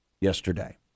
yesterday